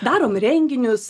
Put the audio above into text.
darom renginius